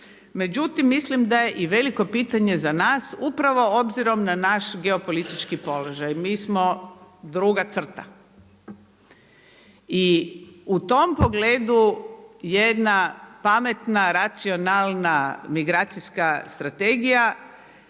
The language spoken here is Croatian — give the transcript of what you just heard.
Međutim, mislim da je i veliko pitanje za nas upravo obzirom na naš geopolitički položaj. Mi smo druga crta. I u tom pogledu jedna pametna racionalna migracijska strategija